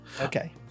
Okay